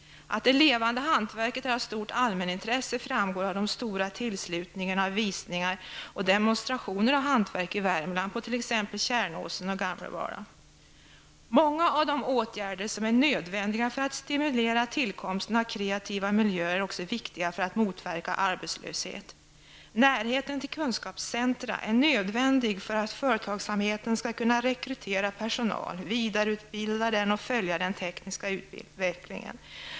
Att det levande hantverket är av stort allmänintresse framgår av den stora uppslutningen vid visningar och demonstrationer av hantverk i Många av de åtgärder som är nödvändiga för att stimulera tillkomsten av kreativa miljöer är också viktiga för att motverka arbetslöshet. Närheten till kunskapscentra är nödvändig för att företagsamheten skall kunna rekrytera personal, vidareutbilda den och följa den tekniska utvecklingen.